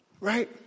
Right